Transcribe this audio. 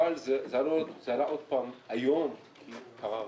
זה עלה שוב היום כי קרה הרצח.